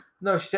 No